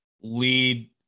lead